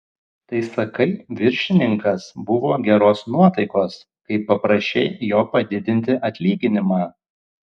tai sakai viršininkas buvo geros nuotaikos kai paprašei jo padidinti atlyginimą